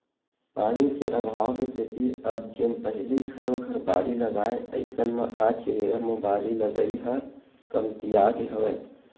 पानी के अभाव के सेती अब जेन पहिली घरो घर बाड़ी लगाय अइसन म आज के बेरा म बारी लगई ह कमतियागे हवय